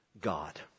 God